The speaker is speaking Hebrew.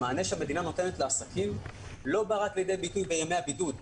המענה שהמדינה נותנת לעסקים בא לידי ביטוי לא רק בימי הבידוד.